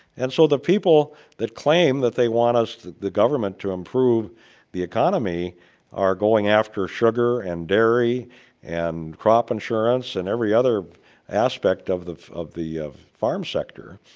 and so the people that claim that they want us the government to improve the economy are going after sugar and dairy and crop insurance and every other aspect of the of the farm sector.